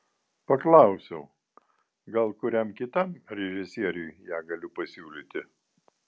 paklausiau gal kuriam kitam režisieriui ją galiu pasiūlyti